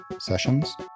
Sessions